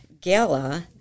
gala